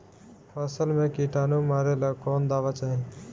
फसल में किटानु मारेला कौन दावा चाही?